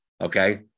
okay